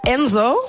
Enzo